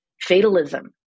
fatalism